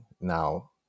Now